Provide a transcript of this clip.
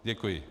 Děkuji.